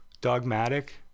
dogmatic